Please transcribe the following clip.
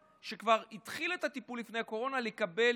שכבר התחיל את הטיפול לפני הקורונה לקבל